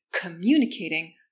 communicating